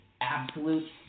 absolute